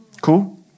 Cool